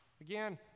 Again